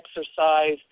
exercise